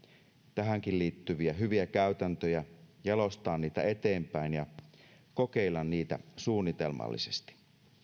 tähänkin liittyviä hyviä käytäntöjä jalostaa niitä eteenpäin ja kokeilla niitä suunnitelmallisesti